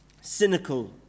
Cynical